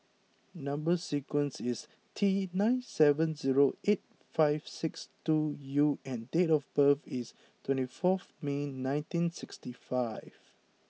number sequence is T nine seven zero eight five six two U and date of birth is twenty four May nineteen sixty five